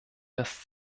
das